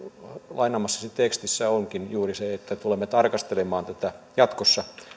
lainaamassasi tekstissä juuri onkin tulemme tarkastelemaan tätä jatkossa